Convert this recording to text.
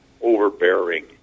overbearing